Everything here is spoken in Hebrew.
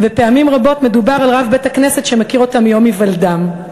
ופעמים רבות מדובר על רב בית-הכנסת שמכיר אותם מיום היוולדם.